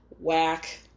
whack